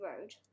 road